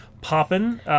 Poppin